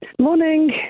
Morning